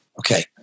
okay